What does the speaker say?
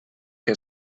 que